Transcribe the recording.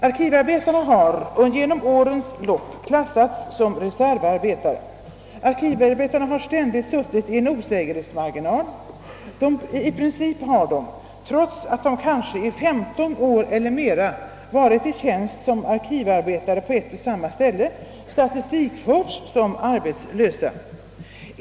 Arkivarbetarna har genom årens lopp klassats som reservarbetare. Arkivarbetarna har ständigt suttit i en osäkerhetsmarginal. I princip har de, trots att de kanske i femton år eller mera varit i tjänst som arkivarbetare på ett och samma ställe, statistikförts som arbetslösa.